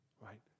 right